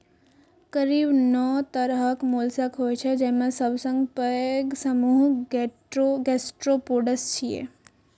करीब नौ तरहक मोलस्क होइ छै, जेमे सबसं पैघ समूह गैस्ट्रोपोड्स छियै